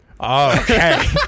okay